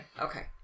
okay